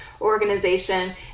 organization